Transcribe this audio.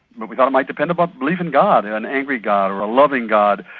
but we thought it might depend upon belief in god, in an angry god or a loving god,